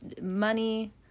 money